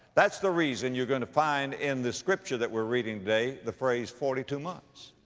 that's the reason you're gonna find in the scripture that we're reading today the phrase forty-two months,